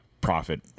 profit